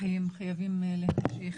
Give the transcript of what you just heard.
החיים חייבים להמשיך.